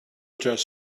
just